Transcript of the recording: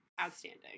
outstanding